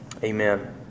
Amen